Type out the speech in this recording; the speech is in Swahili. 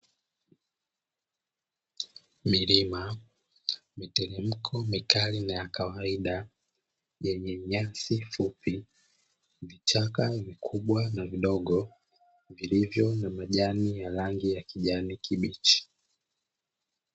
Milima, miteremko mikali na ya kawaida yenye nyasi fupi, vichaka vikubwa na vidogo vilivyo na majani ya rangi ya kijani kibichi.